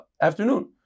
afternoon